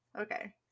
Okay